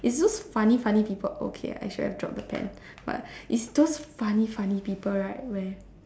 it's those funny funny people okay I shouldn't have dropped the pen but it's those funny funny people right where